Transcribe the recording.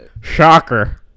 shocker